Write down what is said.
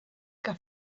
que